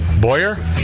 Boyer